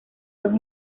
dos